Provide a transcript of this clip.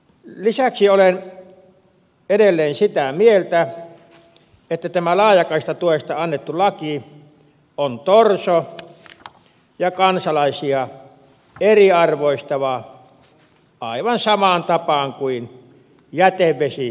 lisäksi olen edelleen sitä mieltä että tämä laajakaistatuesta annettu laki on torso ja kansalaisia eriarvoistava aivan samaan tapaan kuin jätevesiasetuskin on